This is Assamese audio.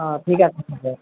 অঁ ঠিক আছে নহ'লে